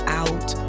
out